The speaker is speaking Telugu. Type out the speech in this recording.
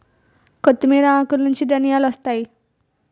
కొత్తిమీర ఆకులనుంచి ధనియాలొత్తాయి